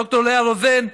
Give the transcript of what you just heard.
ד"ר לאה רוזן,